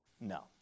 No